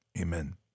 amen